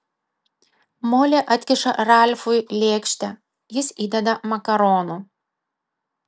molė atkiša ralfui lėkštę jis įdeda makaronų